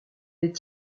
est